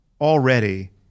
already